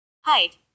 Height